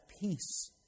peace